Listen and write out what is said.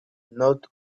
not